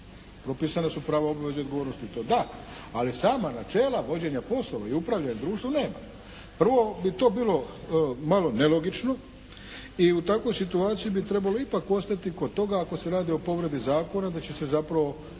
Propisana su prava, obveze i odgovornosti. To da. Ali sama načela vođenja poslova i upravljanja društvom nema. Prvo bi to bilo malo nelogično i u takvoj situaciji bi trebalo ipak ostati kod toga ako se radi o povredi zakona da će se zapravo